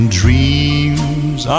dreams